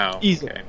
Easily